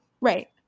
Right